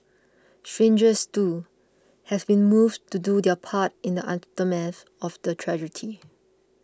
strangers too have been moved to do their part in the aftermath of the tragedy